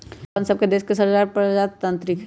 अप्पन सभके देश के सरकार प्रजातान्त्रिक हइ